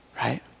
right